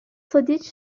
tadiç